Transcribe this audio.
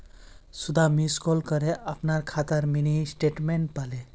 सुधा miss call करे अपनार खातार मिनी स्टेटमेंट पाले